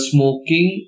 Smoking